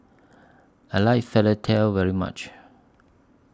I like very much